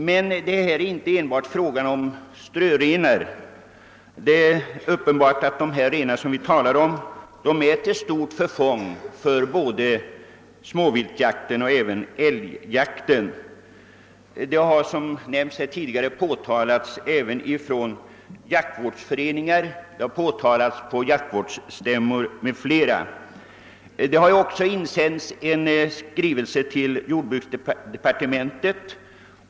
Men det är inte enbart fråga om strövrenar. Det är uppenbart att de renar vi talar om är till stort förfång för både småviltjakten och älgjakten. Detta har även påtalats från jaktvårdsföreningar och vid jaktvårdsstämmor etc. En skrivelse har även tillställts jordbruksdepartementet.